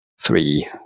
three